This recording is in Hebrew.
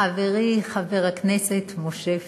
חברי חבר הכנסת משה פייגלין,